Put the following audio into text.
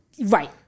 Right